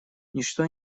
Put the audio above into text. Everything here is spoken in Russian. ничто